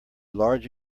large